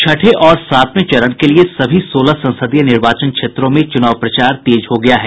छठे और सातवें चरण के लिये सभी सोलह संसदीय निर्वाचन क्षेत्रों में चुनाव प्रचार तेज हो गया है